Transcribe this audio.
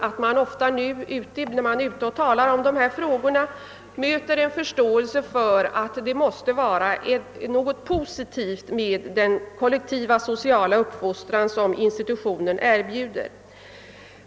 När man är ute och talar om dessa frågor möter man förståelse för det positiva i den kollektiva, sociala uppfostran som institutionsvård erbjuder.